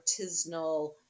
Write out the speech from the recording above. artisanal